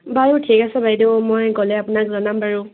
বাৰু ঠিক আছে বাইদেউ মই গ'লে আপোনাক জনাম বাৰু